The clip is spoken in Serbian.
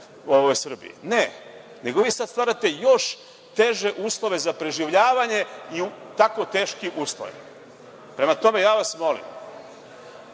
u Srbiji. Ne, nego vi sad stvarate još teže uslove za preživljavanje i u tako teškim uslovima. Prema tome, molim